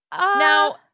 Now